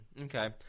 Okay